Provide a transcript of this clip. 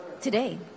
Today